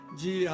de